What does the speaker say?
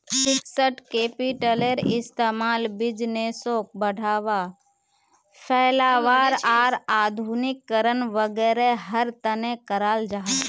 fixed कैपिटलेर इस्तेमाल बिज़नेसोक बढ़ावा, फैलावार आर आधुनिकीकरण वागैरहर तने कराल जाहा